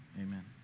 amen